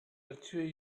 achieve